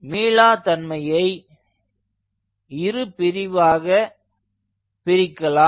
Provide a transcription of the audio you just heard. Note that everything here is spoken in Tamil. மீளா தன்மையை இரு பிரிவாக பிரிக்கலாம்